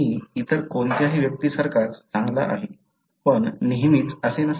मी इतर कोणत्याही व्यक्तीसारखाच चांगला आहे पण नेहमीच असे नसते